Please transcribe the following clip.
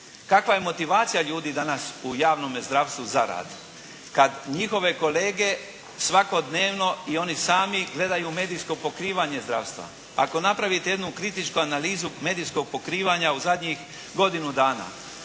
Kakva je motivacija ljudi danas u javnome zdravstvu za rad kad njihove kolege svakodnevno i oni sami gledaju medijsko pokrivanje zdravstva? Ako napravite jednu kritičku analizu medijskog pokrivanja, u zadnjih godinu dana